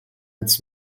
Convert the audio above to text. its